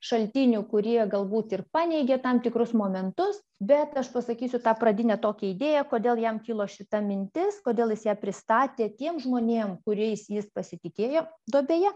šaltinių kurie galbūt ir paneigė tam tikrus momentus bet aš pasakysiu tą pradinę tokią idėją kodėl jam kilo šita mintis kodėl jis ją pristatė tiem žmonėm kuriais jis pasitikėjo duobėje